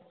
अ